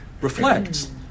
reflects